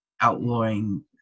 outlawing